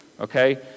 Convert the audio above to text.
Okay